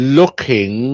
looking